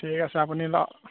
ঠিক আছে আপুনি